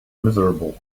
miserable